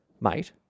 mate